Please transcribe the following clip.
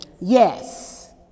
Yes